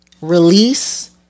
release